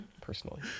personally